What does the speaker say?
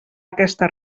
aquesta